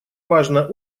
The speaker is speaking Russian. важная